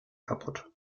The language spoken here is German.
kaputt